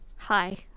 Hi